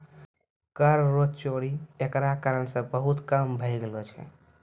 कर रो चोरी एकरा कारण से बहुत कम भै गेलो छै